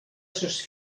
sos